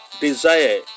desire